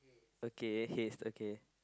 okay heist okay